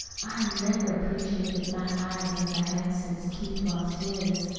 i never appreciated my eyes as i have since keith lost his.